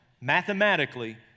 mathematically